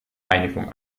einigung